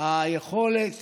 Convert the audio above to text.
היכולת